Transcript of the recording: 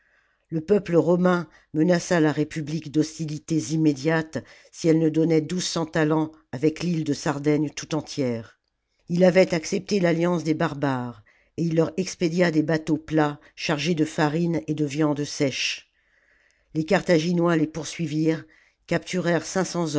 le peuple romain menaça la république d'hostilités immédiates si elle ne donnait douze cents talents avec l'île de sardaigne tout entière ii avait accepté l'alliance des barbares et il leur expédia des bateaux plats chargés de farine et de viandes sèches les carthaginois les poursuivirent capturèrent